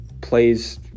plays